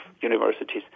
universities